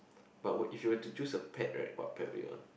but what if you were to choose a pet right what pet would you want